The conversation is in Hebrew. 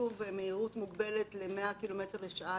והמהירות מוגבלת ל-100 קילומטר לשעה,